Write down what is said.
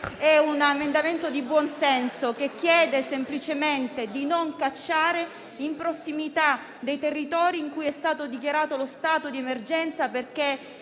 emendativa di buon senso che chiede semplicemente di non cacciare in prossimità dei territori in cui è stato dichiarato lo stato di emergenza perché